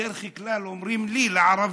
בדרך כלל אומרים את זה לי, לערבים: